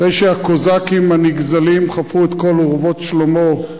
אחרי שהקוזקים הנגזלים חפרו את "אורוות שלמה",